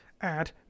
add